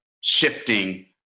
shifting